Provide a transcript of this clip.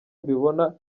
mbibona